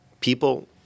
people